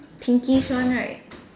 pinkish one right